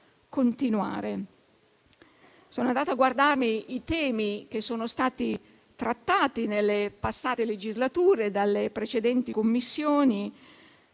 continuare. Sono andata a guardare i temi che sono stati trattati nelle passate legislature dalle precedenti Commissioni,